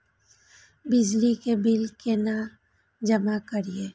बिजली के बिल केना जमा करिए?